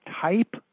type